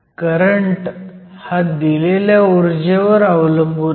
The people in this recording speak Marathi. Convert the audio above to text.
करंट हा दिलेल्या ऊर्जेवर अवलंबून आहे